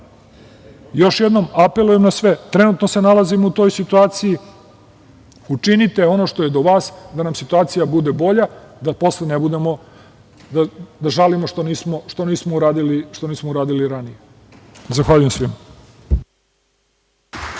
jednom apelujem na sve. Trenutno se nalazi u toj situaciju. Učinite ono što je do vas da nam situacija bude bolje da posle žalimo što nismo uradili ranije. Zahvaljujem svima.